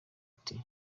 ati